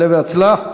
עלה והצלח,